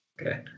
Okay